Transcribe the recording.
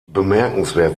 bemerkenswert